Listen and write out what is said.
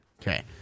Okay